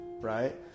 right